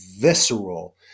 visceral